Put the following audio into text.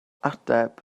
ateb